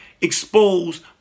expose